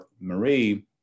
Marie